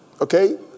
okay